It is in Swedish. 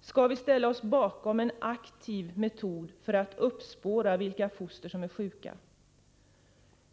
Skall vi ställa oss bakom en aktiv metod för att uppspåra vilka foster som är sjuka?